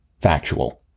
factual